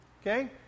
Okay